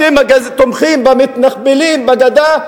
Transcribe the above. אתם תומכים ב"מתנחבלים" בגדה,